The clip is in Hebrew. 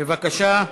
בבקשה,